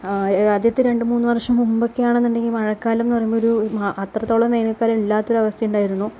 ആദ്യത്തെ രണ്ട് മൂന്നു വർഷം മുമ്പൊക്കെയാണെന്നുണ്ടെങ്കിൽ മഴക്കാലം എന്നു പറയുമ്പോൾ ഒരു അത്രത്തോളം വേനൽക്കാലം ഇല്ലാത്ത ഒരവസ്ഥയുണ്ടായിരുന്നു